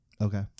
Okay